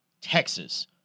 Texas